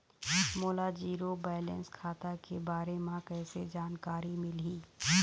मोला zero balance खाता के बारे म कैसे जानकारी मिलही?